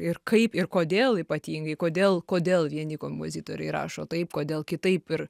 ir kaip ir kodėl ypatingai kodėl kodėl vieni kompozitoriai rašo taip kodėl kitaip ir